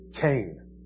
Cain